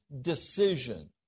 decision